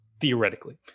Theoretically